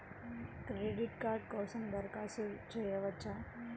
Credit card కోసం దరఖాస్తు చేయవచ్చా?